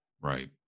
Right